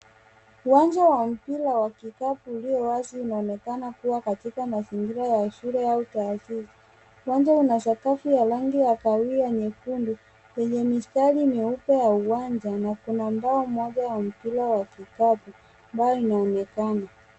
Uwanja wa mpira wa kikapu ulio wazi inaonekana kuwa katika mazingira ya shule au taasisi. Uwanja una sakafu ya rangi ya kahawia nyekundu. Kwenye mistari meupe ya uwanja kuna mbao moja wa mpira ya kikapu ambayo inaonekana.